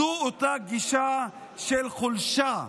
זו אותה גישה של חולשה,